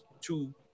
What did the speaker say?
two